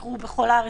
יקרו בכל הארץ,